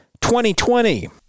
2020